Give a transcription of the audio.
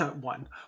one